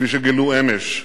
כפי שגילו אמש,